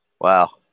Wow